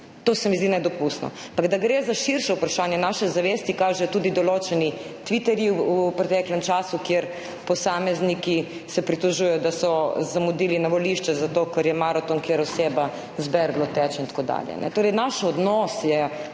To se mi zdi nedopustno. Da gre za širše vprašanje naše zavesti, kažejo tudi določeni tviti v preteklem času, kjer se posamezniki pritožujejo, da so zamudili na volišča zato, ker je maraton, kjer oseba teče z berglo, in tako dalje.